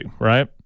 right